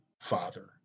father